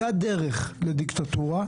זו הדרך לדיקטטורה.